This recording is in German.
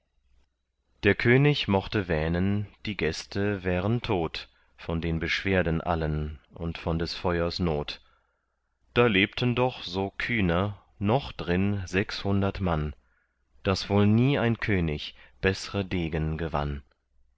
der könig mochte wähnen die gäste wären tot von den beschwerden allen und von des feuers not da lebten doch so kühner noch drin sechshundert mann daß wohl nie ein könig beßre degen gewann